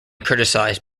criticized